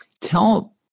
Tell